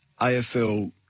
AFL